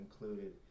included